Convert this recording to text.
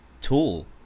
tool